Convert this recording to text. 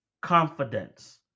confidence